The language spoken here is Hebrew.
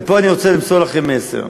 ופה אני רוצה למסור לכם מסר,